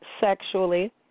sexually